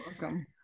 Welcome